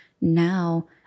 Now